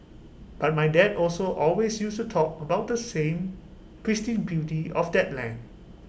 but my dad also always used to talk about the same pristine beauty of that land